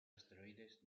asteroides